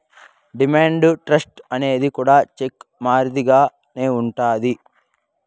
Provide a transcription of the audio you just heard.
demand draft అనేది కూడా cheque మాదిరిగానే ఉంటది